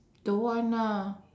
don't want ah